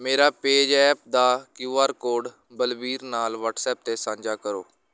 ਮੇਰਾ ਪੇਜ਼ੈਪ ਦਾ Q R code Balbir ਨਾਲ ਵੱਟਸਐਪ 'ਤੇ ਸਾਂਝਾ ਕਰੋ